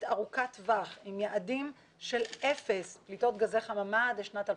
ארוכת טווח עם יעדים של אפס פליטות גזי חממה בשנת 2050,